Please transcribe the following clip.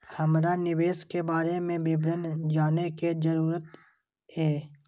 हमरा निवेश के बारे में विवरण जानय के जरुरत ये?